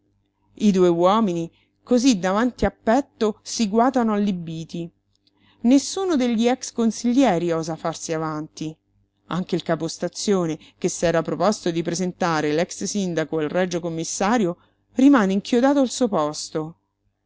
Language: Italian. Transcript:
i due uomini cosí davanti a petto si guatano allibiti nessuno degli ex-consiglieri osa farsi avanti anche il capostazione che s'era proposto di presentare l'ex-sindaco al regio commissario rimane inchiodato al suo posto